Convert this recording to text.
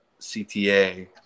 CTA